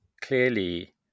clearly